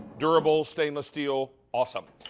durable stainless steel awesome.